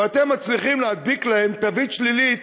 אבל אתם מצליחים להדביק להם תווית שלילית